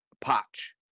patch